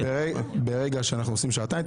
ברגע שאנחנו עושים שעתיים,